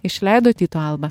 išleido tyto alba